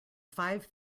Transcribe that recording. five